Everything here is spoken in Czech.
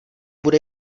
bude